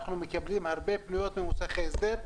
אנחנו מקבלים הרבה פניות ממוסכי הסדר,